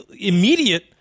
immediate